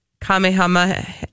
Kamehameha